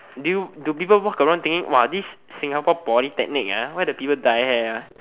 do you do people walk around thinking !wah! this Singapore polytechnic ah why the people dye hair ah